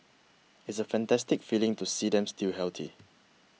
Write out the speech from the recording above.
it's a fantastic feeling to see them still healthy